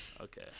Okay